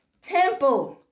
temple